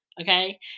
Okay